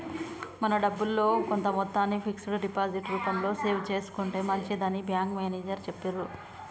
మన డబ్బుల్లో కొంత మొత్తాన్ని ఫిక్స్డ్ డిపాజిట్ రూపంలో సేవ్ చేసుకుంటే మంచిదని బ్యాంకు మేనేజరు చెప్పిర్రు